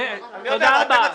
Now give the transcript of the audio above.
תודה רבה.